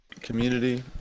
community